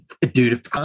dude